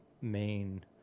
main